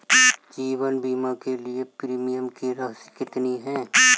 जीवन बीमा के लिए प्रीमियम की राशि कितनी है?